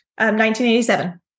1987